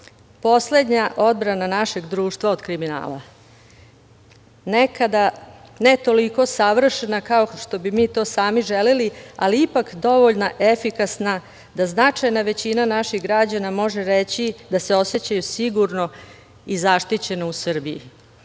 poslednja odbrana našeg društva od kriminala. Nekada, ne toliko savršena kao što bi mi to sami želeli, ali ipak dovoljno efikasna da značajna većina naših građana može reći da se osećaju sigurno i zaštićeno u Srbiji. Budite